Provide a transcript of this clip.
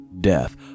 death